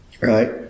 right